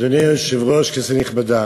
אדוני היושב-ראש, כנסת נכבדה,